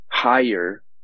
Higher